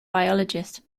biologist